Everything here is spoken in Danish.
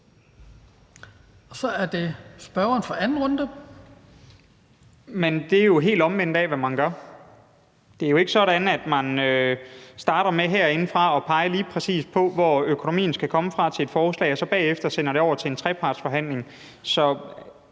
20:20 Nick Zimmermann (DF): Men det er jo helt omvendt af, hvad man gør. Det er jo ikke sådan, at man herindefra starter med at pege lige præcis på, hvor økonomien til et forslag skal komme fra, og så bagefter sender det over til en trepartsforhandling. Så